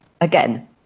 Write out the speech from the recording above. again